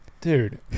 dude